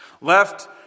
Left